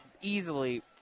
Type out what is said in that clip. easily